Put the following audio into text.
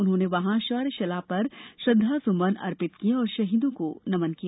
उन्होंने वहां शौर्यशिला पर श्रद्धासुमन अर्पित किये और शहीदों को नमन किया